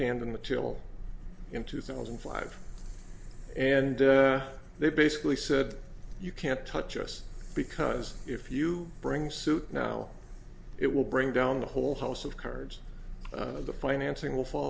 hand in the till in two thousand and five and they basically said you can't touch us because if you bring suit now it will bring down the whole house of cards the financing will fall